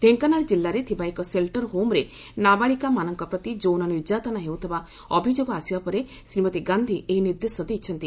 ଡେଙ୍କାନାଳ ଜିଲ୍ଲାରେ ଥିବା ଏକ ସେଲଟର ହୋମରେ ନାବାଳିକା ମାନଙ୍କ ପ୍ରତି ଯୌନ ନିର୍ଯାତନା ହେଉଥିବା ଅଭିଯୋଗ ଆସିବା ପରେ ଶ୍ରୀମତୀ ଗାନ୍ଧୀ ଏହି ନିର୍ଦ୍ଦେଶ ଦେଇଛନ୍ତି